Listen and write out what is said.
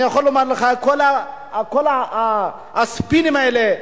אני יכול לומר לך שכל הספינים האלה,